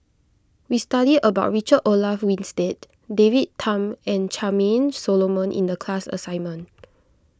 we studied about Richard Olaf Winstedt David Tham and Charmaine Solomon in the class assignment